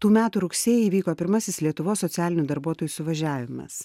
tų metų rugsėjį įvyko pirmasis lietuvos socialinių darbuotojų suvažiavimas